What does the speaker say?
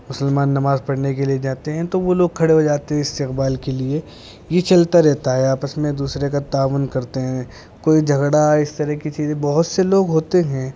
مسلمان نماز پڑھنے کے لیے جاتے ہیں تو وہ لوگ کھڑے ہو جاتے ہیں استقبال کے لیے یہ چلتا رہتا ہے آپس میں ایک دوسرے کا تعاون کرتے ہیں کوئی جھگڑا اس طرح کی چیزیں بہت سے لوگ ہوتے ہیں